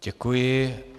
Děkuji.